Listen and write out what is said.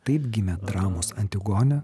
taip gimė dramos antigonė